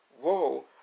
Whoa